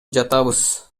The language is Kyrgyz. жатабыз